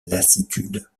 lassitude